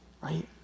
Right